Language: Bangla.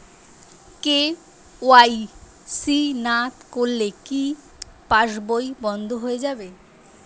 কে.ওয়াই.সি না করলে কি পাশবই বন্ধ হয়ে যাবে?